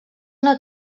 una